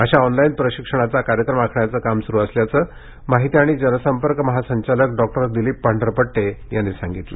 अशा ऑनलाईन प्रशिक्षणाचा कार्यक्रम आखण्याचं काम सुरु असल्याचं माहिती आणि जनसंपर्क महासंचालक डॉक्टर दिलीप पांढरपट्टे यांनी सांगितलं